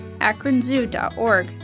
akronzoo.org